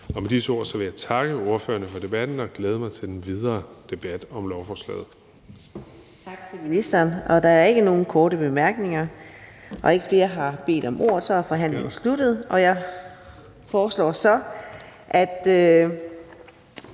Og med disse ord vil jeg takke ordførerne for debatten og glæde mig til den videre debat om lovforslaget.